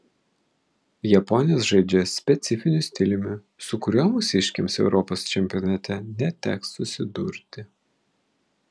japonės žaidžia specifiniu stiliumi su kuriuo mūsiškėms europos čempionate neteks susidurti